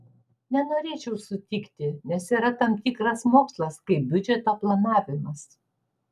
nenorėčiau sutikti nes yra tam tikras mokslas kaip biudžeto planavimas